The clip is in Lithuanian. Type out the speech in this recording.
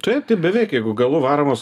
taip tai beveik jeigu galu varomas